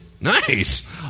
Nice